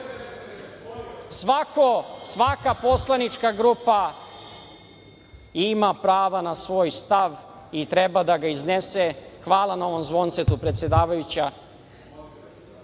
svojoj. Svaka poslanička grupa ima pravo na svoj stav i treba da ga iznese. Hvala na ovom zvoncetu, predsedavajuća.